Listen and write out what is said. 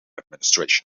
administration